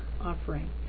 offering